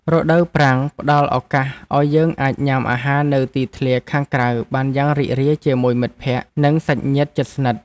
រដូវប្រាំងផ្តល់ឱកាសឱ្យយើងអាចញ៉ាំអាហារនៅទីធ្លាខាងក្រៅបានយ៉ាងរីករាយជាមួយមិត្តភក្តិ និងសាច់ញាតិជិតស្និទ្ធ។